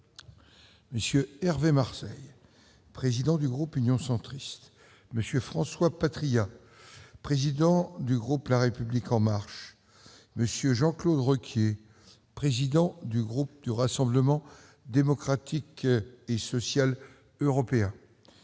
M. Hervé Marseille, président du groupe Union Centriste, M. François Patriat, président du groupe La République en marche, M. Jean-Claude Requier, président du groupe du Rassemblement démocratique et social européen,